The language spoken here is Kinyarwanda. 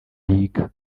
biga